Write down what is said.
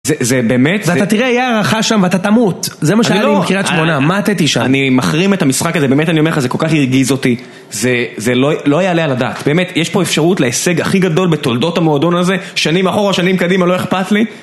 זה באמת... ואתה תראה, יהיה הערכה שם ואתה תמות. זה מה שהיה לי עם קריית שמונה, מתתי שם. אני מחרים את המשחק הזה, באמת, אני אומר לך, זה כל כך הרגיז אותי. זה לא יעלה על הדעת. באמת, יש פה אפשרות להישג הכי גדול בתולדות המועדון הזה, שנים אחורה, שנים קדימה, לא אכפת לי.